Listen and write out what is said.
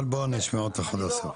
אבל בוא נשמע אותך עד הסוף.